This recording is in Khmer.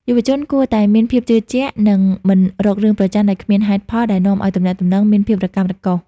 យុវជនគួរតែ "មានភាពជឿជាក់ និងមិនរករឿងប្រចណ្ឌដោយគ្មានហេតុផល" ដែលនាំឱ្យទំនាក់ទំនងមានភាពរកាំរកូស។